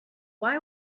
why